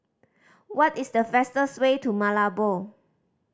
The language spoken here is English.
what is the fastest way to Malabo